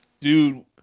Dude